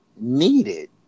needed